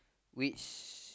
which